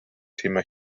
thema